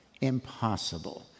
impossible